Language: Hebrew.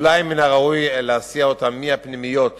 אולי מן הראוי להסיע אותם מהפנימיות